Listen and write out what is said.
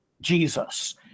Jesus